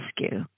rescue